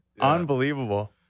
Unbelievable